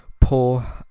poor